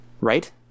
right